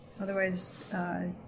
Otherwise